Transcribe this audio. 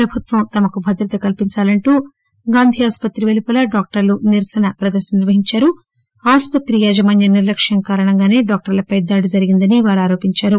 ప్రభుత్వం తమకు భద్రత కల్పించాలంటూ హైదరాబాద్లో గాంధీ ఆసుపత్రి పెలుపల డాక్టర్లు నిరసన ప్రదర్శన నిర్వహించారు ఆసుపత్రి యాజమాన్యం నిర్లక్ష్యం కారణంగాసే డాక్టర్లపై దాడి జరిగిందని వారు ఆరోపించారు